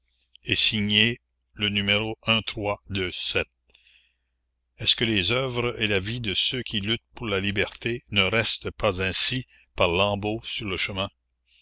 et signée le n st ce que les œuvres et la vie de ceux qui luttent pour la liberté ne restent pas ainsi par lambeaux sur le chemin